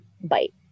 bite